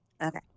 Okay